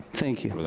thank you.